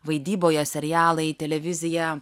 vaidyboje serialai televizija